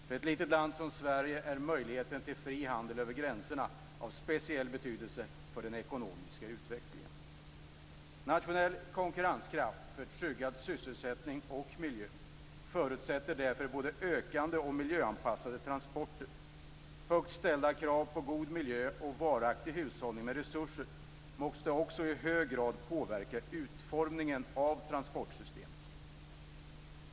För ett litet land som Sverige är möjligheten till fri handel över gränserna av speciell betydelse för den ekonomiska utvecklingen. Nationell konkurrenskraft för tryggad sysselsättning och miljö förutsätter därför både ökande och miljöanpassade transporter. Högt ställda krav på god miljö och varaktig hushållning med resurser måste också i hög grad påverka utformningen av transportsystemet.